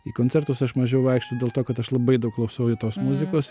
į koncertus aš mažiau vaikštau dėl to kad aš labai daug klausau i tos muzikos